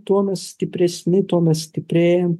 tuo mes stipresni tuo mes stiprėjam